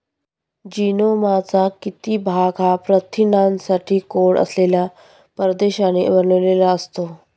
जीनोमचा किती भाग हा प्रथिनांसाठी कोड असलेल्या प्रदेशांनी बनलेला असतो?